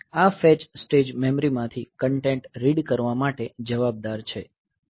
આ fetch stage મેમરીમાંથી content read કરવા માટે જવાબદાર છે